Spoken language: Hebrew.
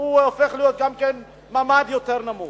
והוא הופך להיות מעמד יותר נמוך.